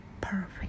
perfect